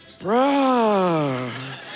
Bruh